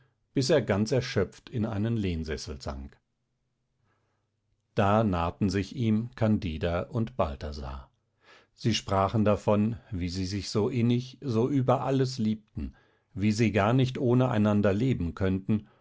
bis er ganz erschöpft in einen lehnsessel sank da nahten sich ihm candida und balthasar sie sprachen davon wie sie sich so innig so über alles liebten wie sie gar nicht ohne einander leben könnten